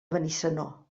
benissanó